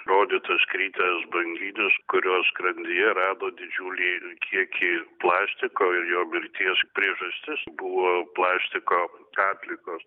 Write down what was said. rodytas kritęs banginis kurio skrandyje rado didžiulį kiekį plastiko ir jo mirties priežastis buvo plastiko atliekos